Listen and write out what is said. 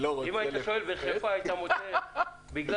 אם היית שואל בחיפה היית מוצא יותר.